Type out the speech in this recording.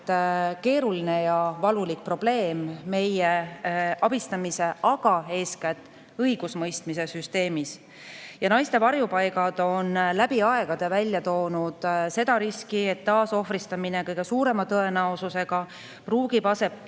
keeruline ja valulik probleem meie abistamise, aga eeskätt õigusemõistmise süsteemis. Naiste varjupaigad on läbi aegade välja toonud seda riski, et taasohvristamine kõige suurema tõenäosusega [võib] aset